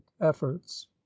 efforts